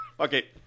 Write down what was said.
Okay